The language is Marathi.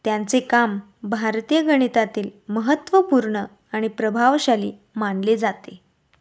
त्यांचे काम भारतीय गणितातील महत्त्वपूर्ण आणि प्रभावशाली मानले जाते